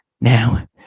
now